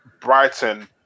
Brighton